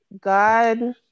God